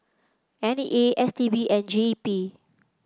N E A S T B and G E P